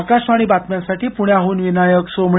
आकाशवाणी बातम्यांसाठी पूण्याहन विनायक सोमणी